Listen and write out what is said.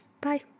Bye